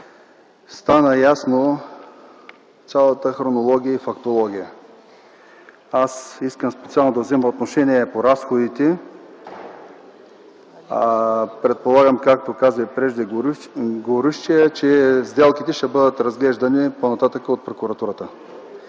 стана ясно цялата хронология и фактология. Аз искам специално да взема отношение по разходите. Предполагам, както каза и преждеговорившият, че сделките ще бъдат разглеждани по-нататък от прокуратурата.